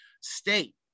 state